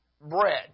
bread